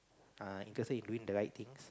uh interested in doing the right things